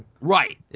Right